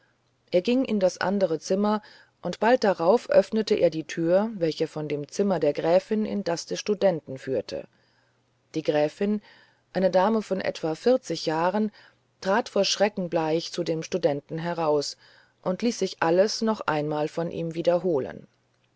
er ging in das andere zimmer und bald darauf öffnete er die türe welche von dem zimmer der gräfin in das des studenten führte die gräfin eine dame von etwa vierzig jahren trat vor schrecken bleich zu dem studenten heraus und ließ sich alles noch einmal von ihm wiederholen